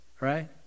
right